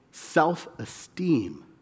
self-esteem